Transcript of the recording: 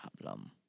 problem